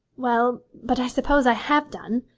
well, but i suppose i have done.